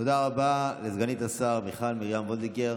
תודה רבה לסגנית השר מיכל מרים וולדיגר.